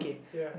ya